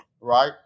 right